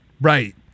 Right